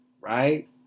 right